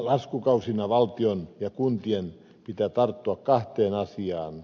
laskukausina valtion ja kuntien pitää tarttua kahteen asiaan